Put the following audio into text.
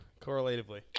Correlatively